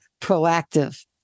proactive